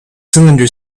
cylinder